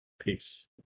Peace